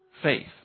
faith